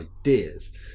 ideas